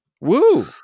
Woo